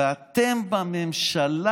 ואתם בממשלה,